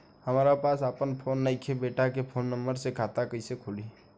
हमरा पास आपन फोन नईखे बेटा के फोन नंबर से खाता कइसे खुली?